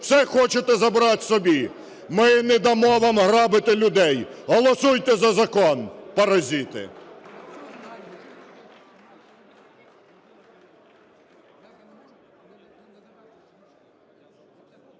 Все хочете забрать собі. Ми не дамо вам грабити людей. Голосуйте за закон, паразити!